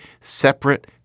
separate